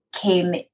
came